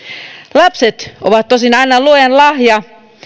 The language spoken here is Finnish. lapset ovat tosin aina luojan lahja